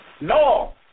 No